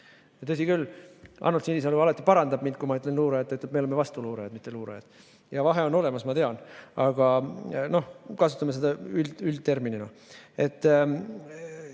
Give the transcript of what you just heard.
Tõsi küll, Arnold Sinisalu alati parandab mind, kui ma ütlen "luurajad", ta ütleb, et me oleme vastuluurajad, mitte luurajad. Vahe on olemas, ma tean, aga kasutame seda üldterminina.